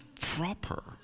proper